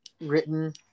written